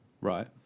right